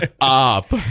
up